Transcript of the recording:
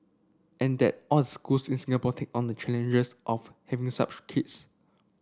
and that all schools in Singapore take on the challenges of having such kids